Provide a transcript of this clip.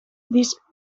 these